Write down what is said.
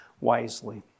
wisely